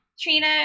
Trina